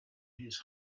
his